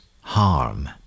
harm